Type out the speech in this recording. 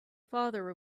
father